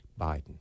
Biden